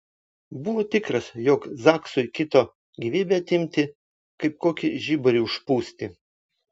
buvo tikras jog zaksui kito gyvybę atimti kaip kokį žiburį užpūsti